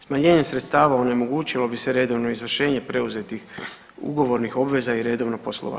Smanjenjem sredstava onemogućilo bi se redovno izvršenje preuzetih ugovornih obveza i redovno poslovanje.